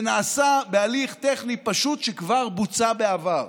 זה נעשה בהליך טכני פשוט שכבר בוצע בעבר.